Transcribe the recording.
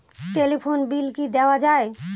Telephone bill কি দেওয়া যায়?